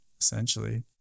essentially